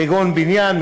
כגון בניין,